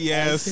Yes